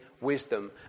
wisdom